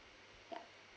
ya